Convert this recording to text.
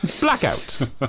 Blackout